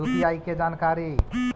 UPI के जानकारी?